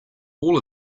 all